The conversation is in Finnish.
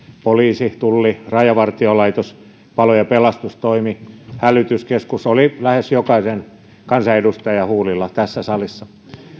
poliisi tulli rajavartiolaitos palo ja pelastustoimi ja hälytyskeskukset olivat lähes jokaisen kansanedustajan huulilla tässä salissa